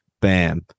bam